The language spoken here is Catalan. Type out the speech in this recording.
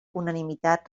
unanimitat